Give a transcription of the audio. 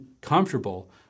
comfortable